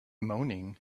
moaning